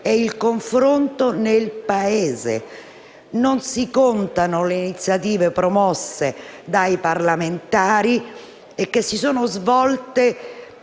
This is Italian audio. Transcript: il confronto nel Paese. Non si contano neanche le iniziative promosse dai parlamentari, che si sono svolte in